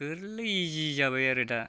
गोरलै इजि जाबाय आरो दा